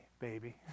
baby